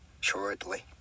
shortly